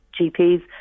GPs